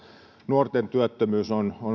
nuorten työttömyys on